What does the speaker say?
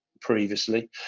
previously